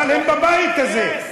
אבל הם בבית הזה.